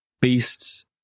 beasts